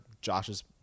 Josh's